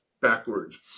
backwards